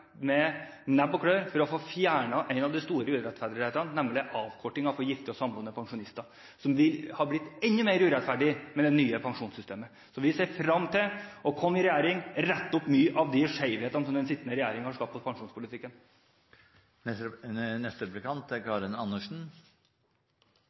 klør for å få fjernet en av de store urettferdighetene, nemlig avkortingen for gifte og samboende pensjonister, som har blitt enda mer urettferdig med det nye pensjonssystemet. Så vi ser fram til å komme i regjering og rette opp mange av de skjevhetene som den sittende regjeringen har skapt